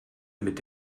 mit